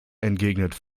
entgegnet